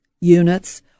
units